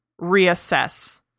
reassess